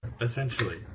essentially